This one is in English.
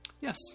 Yes